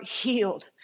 healed